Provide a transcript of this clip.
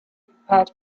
prepared